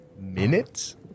Minutes